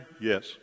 Yes